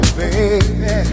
baby